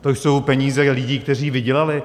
To jsou peníze lidí, kteří je vydělali.